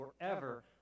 forever